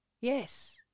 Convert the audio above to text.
Yes